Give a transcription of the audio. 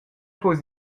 fuss